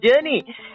journey